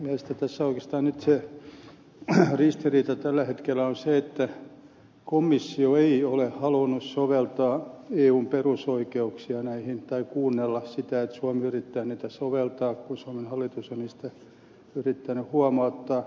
olisin huomauttanut että minun mielestäni tällä hetkellä oikeastaan on se ristiriita että komissio ei ole halunnut soveltaa eun perusoikeuksia tai kuunnella sitä että suomi yrittää niitä soveltaa kun suomen hallitus on asiasta yrittänyt huomauttaa